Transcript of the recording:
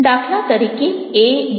દાખલા તરીકે ABCD